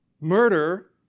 Murder